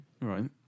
right